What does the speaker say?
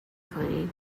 کنین